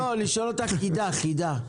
אשאל אותך חידה: